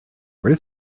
where